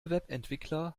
webentwickler